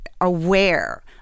aware